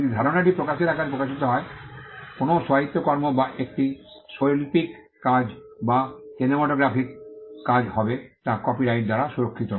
যদি ধারণাটি প্রকাশের আকারে প্রকাশিত হয় কোনও সাহিত্যকর্ম বা একটি শৈল্পিক কাজ বা সিনেমাটোগ্রাফিক কাজ তবে তা কপিরাইট দ্বারা সুরক্ষিত